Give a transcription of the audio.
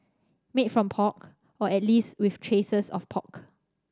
made from pork or at least with traces of pork